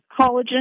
collagen